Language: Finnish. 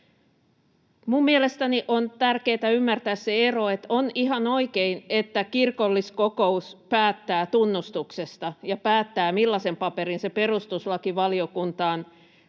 mielestäni on tärkeää ymmärtää se ero, että on ihan oikein, että kirkolliskokous päättää tunnustuksesta ja päättää, millaisen paperin se perustuslakivaliokuntaan